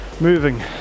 moving